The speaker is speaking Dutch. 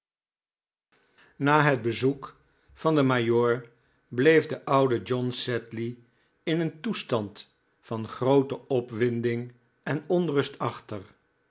a het bezoek van den majoor bleef de oude john sedley in een toestand van p groote opwinding en onrust achter